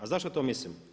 A zašto to mislim?